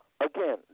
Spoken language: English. Again